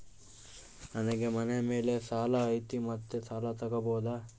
ನನಗೆ ಮನೆ ಮೇಲೆ ಸಾಲ ಐತಿ ಮತ್ತೆ ಸಾಲ ತಗಬೋದ?